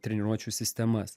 treniruočių sistemas